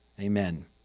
Amen